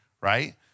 right